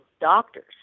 doctors